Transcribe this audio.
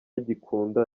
ntikunda